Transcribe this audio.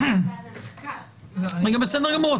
--- בסדר גמור.